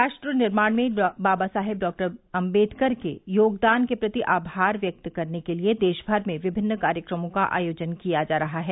राष्ट्र निर्माण में बाबा साहेब डॉक्टर आम्बेडकर के योगदान के प्रति आभार व्यक्ति करने के लिए देश भर में विभिन्न कार्यक्रमों का आयोजन किया जा रहा है